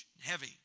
heavy